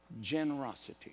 generosity